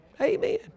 Amen